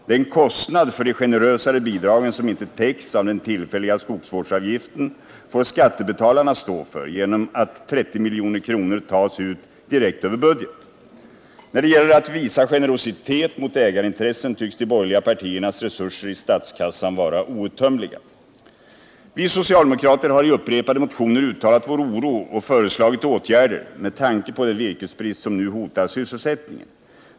Den kostnad för de generösare bidragen som inte täcks av den tillfälliga skogsvårdsavgiften får skattebetalarna stå för, genom att 30 milj.kr. tas ut direkt över budgeten. När det gäller att visa generositet mot ägarintressen tycks de borgerliga partierna anse att resurserna i statskassan är outtömliga. Vi socialdemokrater har i upprepade motioner uttalat vår oro och föreslagit åtgärder beträffande den virkesbrist som nu hotar sysselsättningen.